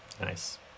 nice